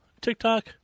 TikTok